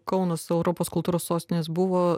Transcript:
kaunas europos kultūros sostinės buvo